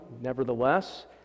nevertheless